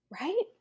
Right